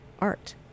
art